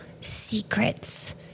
secrets